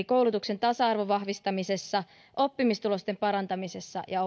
koulutuksen tasa arvon vahvistamisessa oppimistulosten parantamisessa ja